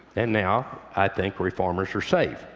and now i think reformers are safe.